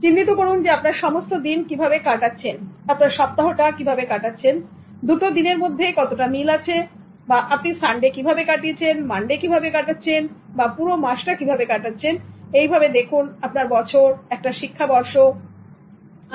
চিহ্নিত করুন আপনার সমস্ত দিন কিভাবে কাটাচ্ছেন আপনার সপ্তাহটা কিভাবে কাটাচ্ছেন দুটো দিনের মধ্যে কতটা মিল আছে বা আপনি সানডে্ কিভাবে কাটিয়েছেন মানডে্ কিভাবে এবং আপনি পুরো মাসটা কিভাবে কাটাচ্ছেন এইভাবে দেখুন আপনার বছর একটা শিক্ষাবর্ষ "ওকে"